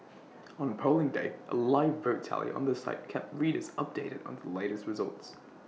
on Polling Day A live vote tally on the site kept readers updated on the latest results